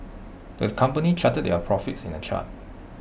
the company charted their profits in A chart